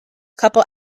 couple